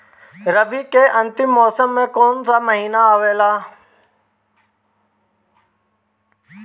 रवी के अंतिम मौसम में कौन महीना आवेला?